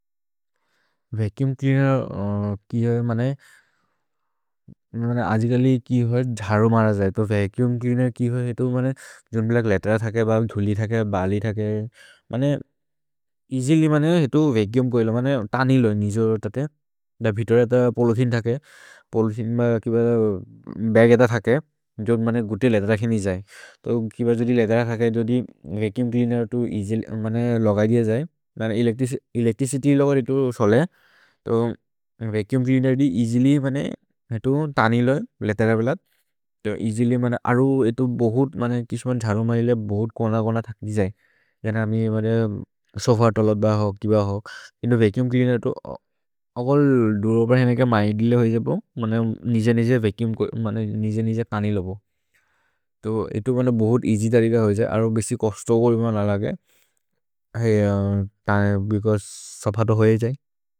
Vacuum cleaner कि होइ आजिकलि कि होइ झरो मर जये वचूम् च्लेअनेर् कि होइ जोम्ब्लक् लेत्र थके। धुलि थके, बलि थके मन्ने एअसिल्य् मन्ने हितु वचूम् कोएलो मन्ने तनिल् होइ निजोर् तते ध वितोरे थ पोलोथिन् थके। पोलोथिन् ब किब बग् एत थके जोद् मन्ने गुति लेत्र थके निजये तो किब जोदि लेत्र थके जोदि वचूम् च्लेअनेर् तु एअस्य् मन्ने। लगय् दिय जये एलेच्त्रिचित्य् लगर् हितु सोले तो वचूम् च्लेअनेर् दि एअसिल्य् मन्ने हितु तनिल् होइ लेत्र बेलत् तो एअसिल्य् मन्ने। अरु झरो मरले बोहोत् कोन कोन थके दि जये सोफ तलद् ब हो कि ब हो किन्दु वचूम् च्लेअनेर् तु अगल् दुरोबर् हेनेके। म्य् देलय् होइ जेपो मन्ने निज निज वचूम् निज निज तनिल् होइ तो इतु मन्ने बोहोत् एअस्य् तरि द होइ जये अरु बिसि कोस्तोगल् बिम न लगय्। है तनिल् बिसि कोस्तोगल् बिम न लगय्।